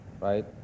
right